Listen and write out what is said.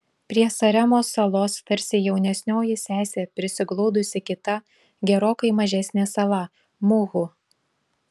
prie saremos salos tarsi jaunesnioji sesė prisiglaudusi kita gerokai mažesnė sala muhu